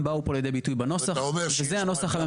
זה עובד רשות מקומית ונציג הציבור.